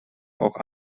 auch